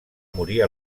morir